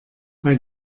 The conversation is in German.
weil